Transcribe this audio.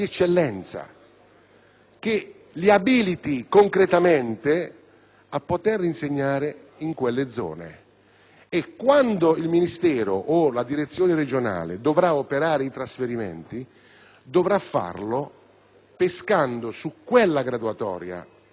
che li abiliti concretamente all'insegnamento in quelle zone. E quando il Ministero o la direzione regionale dovranno operare trasferimenti, dovranno fare riferimento proprio a quella graduatoria per le zone a rischio.